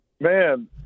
Man